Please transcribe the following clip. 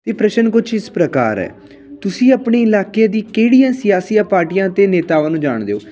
ਇਹ ਪ੍ਰਸ਼ਨ ਕੁੱਛ ਇਸ ਪ੍ਰਕਾਰ ਹੈ ਤੁਸੀਂ ਆਪਣੇ ਇਲਾਕੇ ਦੀ ਕਿਹੜੀਆਂ ਸਿਆਸੀਆਂ ਪਾਰਟੀਆਂ ਅਤੇ ਨੇਤਾਵਾਂ ਨੂੰ ਜਾਣਦੇ ਹੋ